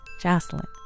Jocelyn